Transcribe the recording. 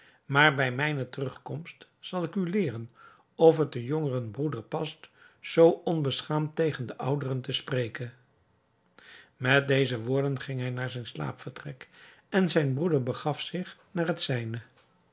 maar bij mijne terugkomst zal ik u leeren of het den jongeren broeder past zoo onbeschaamd tegen den ouderen te spreken met deze woorden ging hij naar zijn slaapvertrek en zijn broeder begaf zich naar het zijne